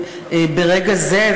ברגע זה.